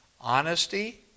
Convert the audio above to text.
Honesty